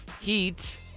Heat